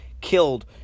killed